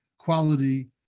quality